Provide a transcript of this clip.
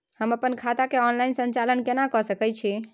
हम अपन खाता के ऑनलाइन संचालन केना के सकै छी?